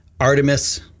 Artemis